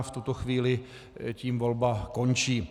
V tuto chvíli tím volba končí.